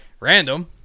Random